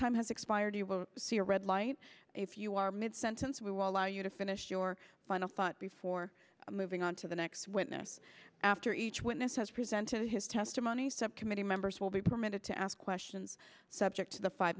time has expired you will see a red light if you are mid sentence we will allow you to finish your final thought before moving on to the next witness after each witness has presented his testimony subcommittee members will be permitted to ask questions subject to the five